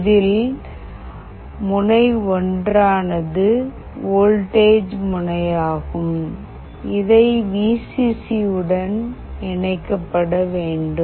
இதில் முனை ஒன்றானது வோல்டேஜ் முனையாகும் இதை வீ சி சியுடன் இணைக்கப்பட வேண்டும்